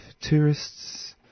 tourists